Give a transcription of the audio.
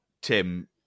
Tim